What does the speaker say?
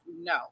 no